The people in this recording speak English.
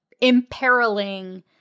imperiling